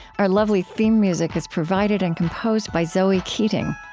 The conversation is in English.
our lovely theme music is provided and composed by zoe keating.